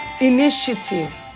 initiative